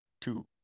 two